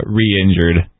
re-injured